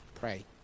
Pray